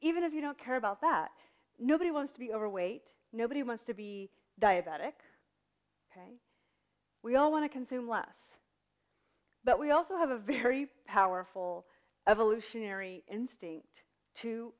even if you don't care about that nobody wants to be overweight nobody wants to be diabetic we all want to consume less but we also have a very powerful evolutionary instinct to